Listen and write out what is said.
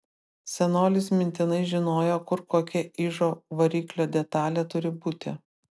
senolis mintinai žinojo kur kokia ižo variklio detalė turi būti